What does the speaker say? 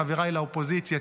חבריי באופוזיציה,